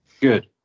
Good